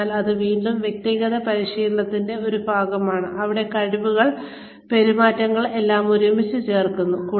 അതിനാൽ ഇത് വീണ്ടും വ്യക്തിഗത വിശകലനത്തിന്റെ ഒരു ഭാഗമാണ് അവിടെ കഴിവുകൾ നൈപുണ്യങ്ങൾ പെരുമാറ്റങ്ങൾ എല്ലാം ഒരുമിച്ച് ചേർക്കുന്നു